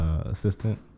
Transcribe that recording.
assistant